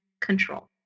control